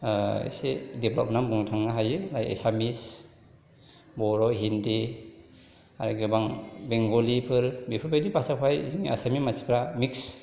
एसे डेभेलप होननानै बुंनो थांनो हायो लाइक एसामिस बर' हिन्दी आरो गोबां बेंगलिफोर बेफोर बायदि भाषाफ्रा फ्राय बेदिनो आसामनि मानसिफ्रा मिक्स